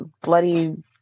bloody